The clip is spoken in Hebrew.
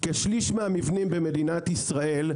כשליש מהמבנים במדינת ישראל,